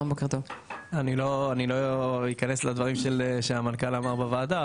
אני לא אכנס לדברים שהמנכ"ל אמר בוועדה,